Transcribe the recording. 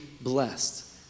blessed